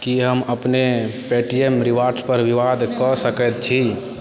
की हम अपन पेटीएम रिवार्ड्सपर विवाद कऽ सकैत छी